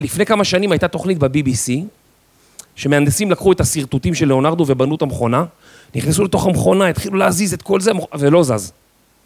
לפני כמה שנים הייתה תוכנית בבי-בי-סי, שמהנדסים לקחו את הסרטוטים של ליאונרדו ובנו את המכונה, נכנסו לתוך המכונה, התחילו להזיז את כל זה, ולא זז.